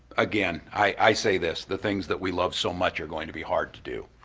again, i say this, the things that we love so much are going to be hard to do.